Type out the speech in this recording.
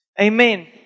Amen